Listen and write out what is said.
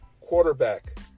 quarterback